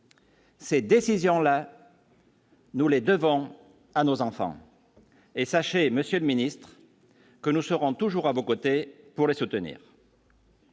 Cette décision-là. Nous les devons à nos enfants et sachez, Monsieur le Ministre, que nous serons toujours à vos côtés pour le soutenir.